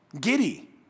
giddy